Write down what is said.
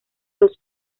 los